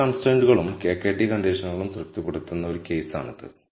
എല്ലാ കൺസ്ട്രൈന്റുകളും KKT കണ്ടീഷൻകളും തൃപ്തിപ്പെടുത്തുന്ന ഒരു കേസാണിത്